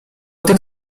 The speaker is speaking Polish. tych